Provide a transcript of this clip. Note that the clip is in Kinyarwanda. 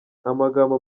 amagambo